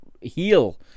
heal